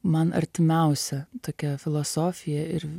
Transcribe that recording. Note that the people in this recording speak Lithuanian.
man artimiausia tokia filosofija ir